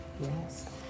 Yes